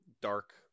dark